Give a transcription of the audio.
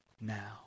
now